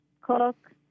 cook